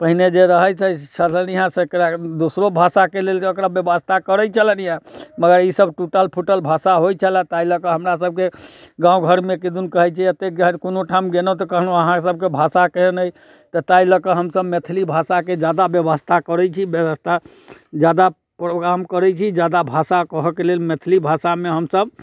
पहिने जे रहैत छै साधन इहा तेकरा दोसरो भाषाके लेल जे अकरा व्यवस्था करैत छलनि हँ मगर ई सब टुटल फुटल भाषा होइत छलैया ताहि लऽकऽ हमरा सबकेँ गावँ घरमे किदुन कहैत छै एतेक गैर कोनो ठाम गेलहुँ तऽ कहलहुँ अहाँ सबके भाषा केहन अइ तऽ ताहि लऽ कऽ हमसब मैथिली भाषाके जादा व्यवस्था करैत छी व्यवस्था जादा प्रोग्राम करैत छी जादा भाषा कहऽ के लेल मैथिली भाषामे हमसब